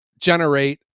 generate